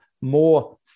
more